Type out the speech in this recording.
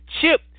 chip